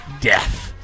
death